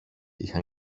είχαν